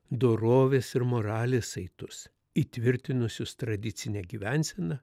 dorovės ir moralės saitus įtvirtinusius tradicinę gyvenseną